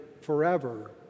forever